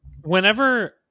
whenever